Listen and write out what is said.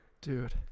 Dude